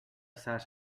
sat